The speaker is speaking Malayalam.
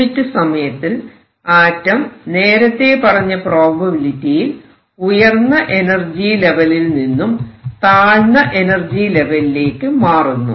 യൂണിറ്റ് സമയത്തിൽ ആറ്റം നേരത്തെ പറഞ്ഞ പ്രോബബിലിറ്റിയിൽ ഉയർന്ന എനർജി ലെവലിൽ നിന്നും താഴ്ന്ന എനർജി ലെവലിലേക്ക് മാറുന്നു